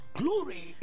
glory